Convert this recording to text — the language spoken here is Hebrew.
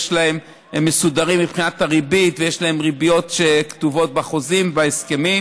הם מסודרים מבחינת הריבית ויש להם ריביות שכתובות בחוזים ובהסכמים.